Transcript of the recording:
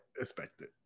expected